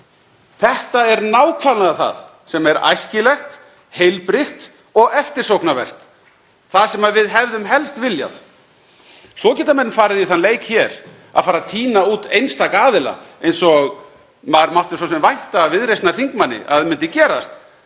Þetta er nákvæmlega það sem er æskilegt, heilbrigt og eftirsóknarvert. Það sem við hefðum helst viljað. Svo geta menn farið í þann leik hér að fara að tína út einstaka aðila, eins og maður mátti svo sem vænta af Viðreisnarþingmanni að myndi gerast.